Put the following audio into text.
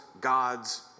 God's